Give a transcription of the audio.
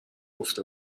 گفته